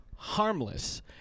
Harmless